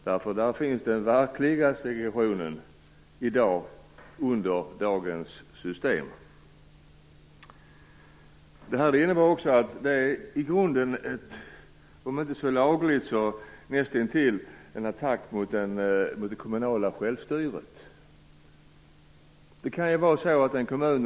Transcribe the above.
Där finns den verkliga segregationen i dag - med dagens system. I grunden är förslaget näst intill en attack mot det kommunala självstyret.